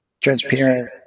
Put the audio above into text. transparent